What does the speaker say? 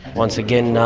once again,